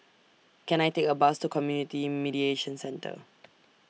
Can I Take A Bus to Community Mediation Centre